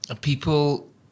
people